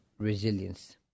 resilience